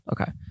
Okay